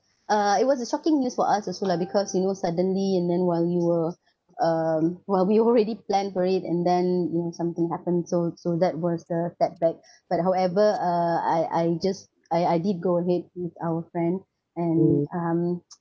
uh it was a shocking news for us also lah because you know suddenly and then while you were um well we already planned for it and then mm something happened so so that was the setback but however uh I I just I I did go ahead with our friends and um